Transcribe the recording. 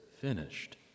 finished